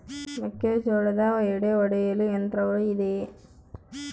ಮೆಕ್ಕೆಜೋಳದ ಎಡೆ ಒಡೆಯಲು ಯಂತ್ರಗಳು ಇದೆಯೆ?